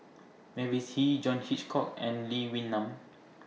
Mavis Hee John Hitchcock and Lee Wee Nam